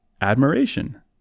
admiration